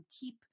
keep